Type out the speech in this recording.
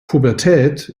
pubertät